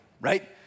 right